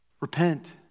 Repent